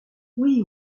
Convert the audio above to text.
oui